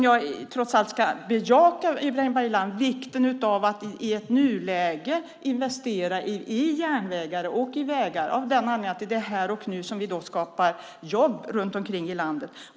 Jag bejakar, Ibrahim Baylan, vikten av att i nuläget investera i järnvägar och i vägar av den anledningen att det är här och nu som vi skapar jobb runt omkring i landet.